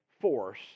force